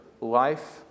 life